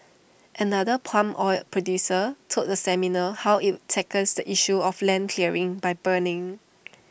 another palm oil producer told the seminar how IT tackles the issue of land clearing by burning